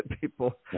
people